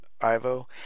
Ivo